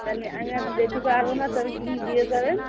তাহলে আমি আর যেতে পারব না তবে তুমি দিয়ে যাবেন